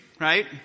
right